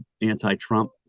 anti-Trump